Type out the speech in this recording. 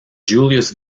julius